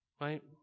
Right